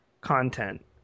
content